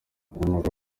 abanyamakuru